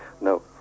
No